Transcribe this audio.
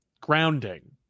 grounding